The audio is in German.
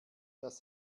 dass